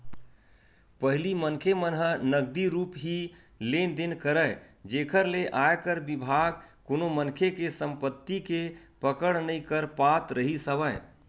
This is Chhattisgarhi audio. पहिली मनखे मन ह नगदी रुप ही लेन देन करय जेखर ले आयकर बिभाग कोनो मनखे के संपति के पकड़ नइ कर पात रिहिस हवय